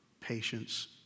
patience